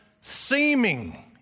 seeming